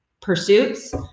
pursuits